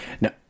Now